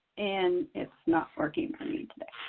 and it's not working for me today.